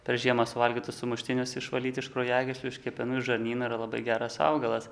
per žiemą suvalgytus sumuštinius išvalyt iš kraujagyslių iš kepenų iš žarnyno yra labai geras augalas